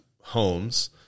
homes